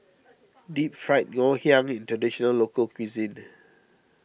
Deep Fried Ngoh Hiang is a Traditional Local Cuisine